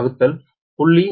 44KV20